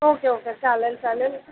okay okay चालेल चालेल